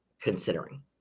considering